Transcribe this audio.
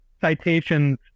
citations